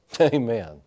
Amen